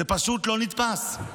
זה פשוט בלתי נתפס.